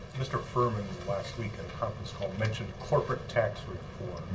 mr. furman, last week in a conference call, mentioned corporate tax reform.